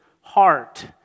heart